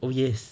oh yes